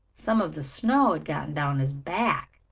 some of the snow had gotten down his back,